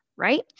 Right